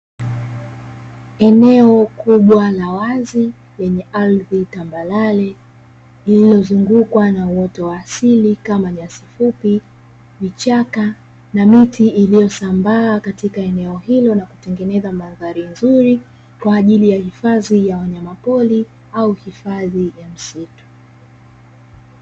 Eneo kubwa la wazi lenye ardhi tambarare, lililozungukwa na uoto wa asili kama nyasi fupi, vichaka na miti iliyosambaa katika eneo hilo na kutengeneza mandhari nzuri, kwa ajili ya hifadhi ya wanyamapori au hifadhi ya msitu.